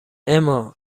اما